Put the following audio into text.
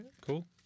Cool